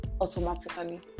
automatically